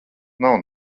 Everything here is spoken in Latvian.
nav